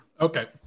okay